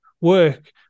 work